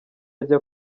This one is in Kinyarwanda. ajya